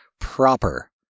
proper